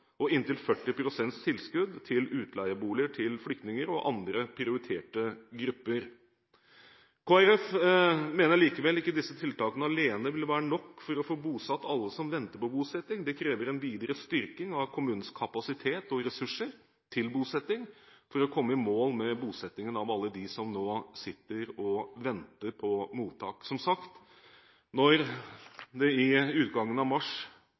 og inntil 40 pst. tilskudd til utleieboliger til flyktninger og andre prioriterte grupper. Kristelig Folkeparti mener likevel at disse tiltakene alene ikke vil være nok til å få bosatt alle som venter på bosetting. Det krever en videre styrking av kommunens kapasitet og ressurser til bosetting for å komme i mål med bosettingen av alle dem som nå sitter og venter på mottak. Som sagt: Når det ved utgangen av mars